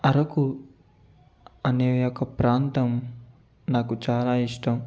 అరుకు అనే యొక్క ప్రాంతం నాకు చాలా ఇష్టం